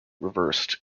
reversed